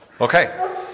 Okay